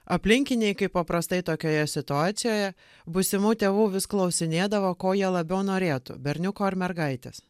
aplinkiniai kaip paprastai tokioje situacijoje būsimų tėvų vis klausinėdavo ko jie labiau norėtų berniuko ar mergaitės